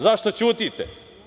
Zašto ćutite?